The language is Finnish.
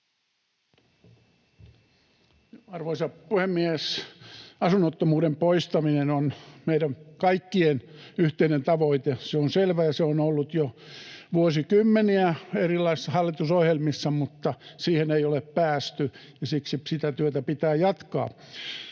Arvoisa puhemies! Asunnottomuuden poistaminen on meidän kaikkien yhteinen tavoite. Se on selvä, ja se on ollut jo vuosikymmeniä erilaisissa hallitusohjelmissa, mutta siihen ei ole päästy, ja siksi sitä työtä pitää jatkaa.